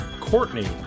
Courtney